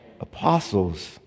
apostles